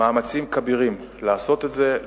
מאמצים כבירים לעשות את זה.